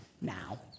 now